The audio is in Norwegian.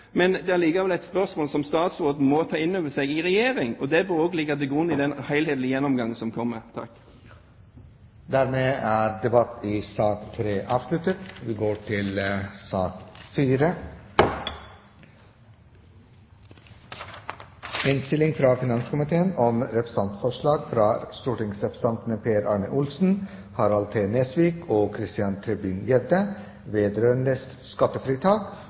men det ligger vel her et spørsmål som statsråden må ta inn over seg i regjering, og det bør også ligge til grunn i den helhetlige gjennomgangen som kommer. Flere har ikke bedt om ordet til sak nr. 3. Etter ønske fra finanskomiteen vil presidenten foreslå at taletiden begrenses til 40 minutter og